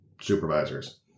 supervisors